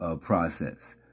process